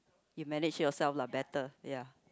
you manage yourself lah better ya